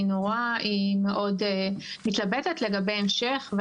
והיא מאוד מתלבטת לגבי ההמשך,